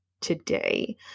today